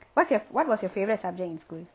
what's your what was your favourite subject in school